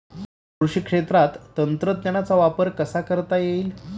कृषी क्षेत्रात तंत्रज्ञानाचा वापर कसा करता येईल?